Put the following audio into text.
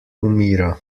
umira